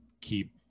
keep